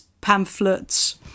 pamphlets